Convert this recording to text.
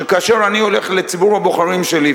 שכאשר אני הולך לציבור הבוחרים שלי,